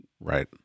right